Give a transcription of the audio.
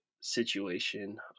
situation